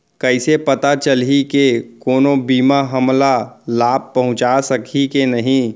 कइसे पता चलही के कोनो बीमा हमला लाभ पहूँचा सकही के नही